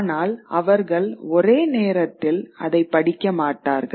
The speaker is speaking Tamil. ஆனால் அவர்கள் ஒரே நேரத்தில் அதைப் படிக்க மாட்டார்கள்